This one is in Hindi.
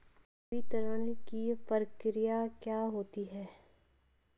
संवितरण की प्रक्रिया क्या होती है?